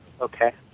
Okay